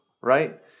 right